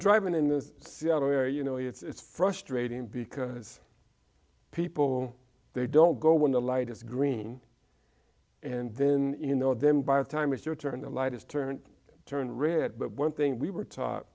driving in the seattle area you know it's frustrating because people they don't go when the light is green and then you know them by the time it's your turn the light is turned turned red but one thing we were taught